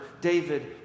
David